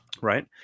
right